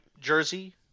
jersey